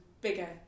bigger